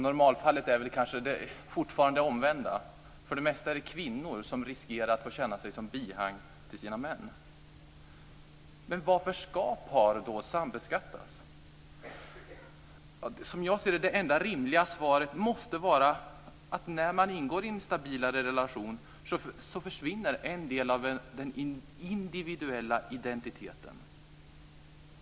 Normalfallet är väl fortfarande det omvända. För det mesta är det kvinnor som riskerar att få känna sig som bihang till sina män. Men varför ska då par sambeskattas? Som jag ser det måste det enda rimliga svaret vara att när man ingår i en stabil relation försvinner en del av den individuella identiteten.